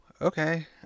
okay